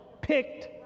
picked